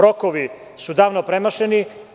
Rokovi su davno premašeni.